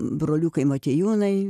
broliukai motiejūnai